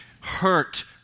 hurt